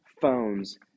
phones